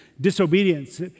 disobedience